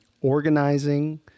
organizing